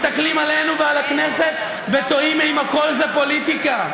מסתכלים עלינו ועל הכנסת ותוהים אם הכול זה פוליטיקה,